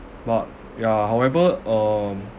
but ya however um